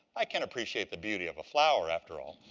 i can appreciate the beauty of a flower, after all.